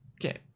Okay